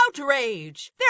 outrage